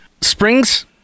Springs